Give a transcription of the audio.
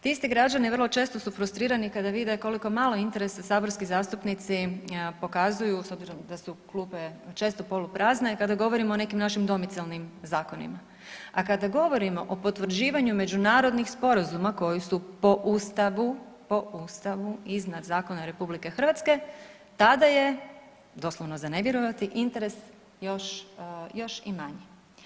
Ti isti građani vrlo često su frustrirani koliko malo interesa saborski zastupnici pokazuju s obzirom da su klupe često poluprazne i kada govorimo o nekim našim domicilnim zakonima, a kada govorimo o potvrđivanju međunarodnih sporazuma koji su po Ustavu, po Ustavu iznad zakona RH tada je doslovno za ne vjerovati interes još, još i manji.